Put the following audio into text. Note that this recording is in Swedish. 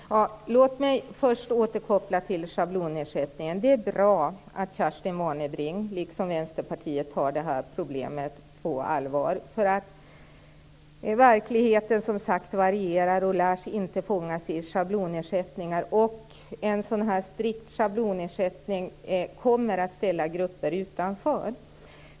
Fru talman! Låt mig först återkoppla till schablonersättningen. Det är bra att Kerstin Warnerbring liksom vi inom Vänsterpartiet tar det här problemet på allvar. Verkligheten varierar, som sagt, och lär inte fångas in i schablonersättningar. En strikt schablonersättning kommer att ställa en del grupper utanför.